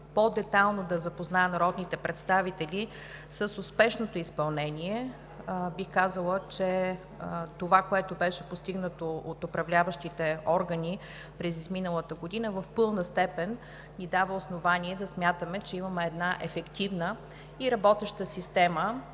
по-детайлно да запозная народните представители с успешното изпълнение, бих казала, че това, което беше постигнато от управляващите органи през изминалата година, в пълна степен ни дава основание да смятаме, че имаме ефективна и работеща система